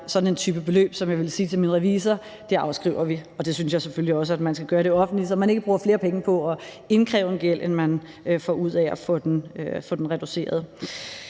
sådan en type beløb, som jeg ville sige til min revisor vi afskriver. Og det synes jeg selvfølgelig også man skal gøre i det offentlige, så man ikke bruger flere penge på at indkræve en gæld, end man får ud af at få den reduceret.